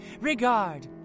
Regard